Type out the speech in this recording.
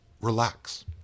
relax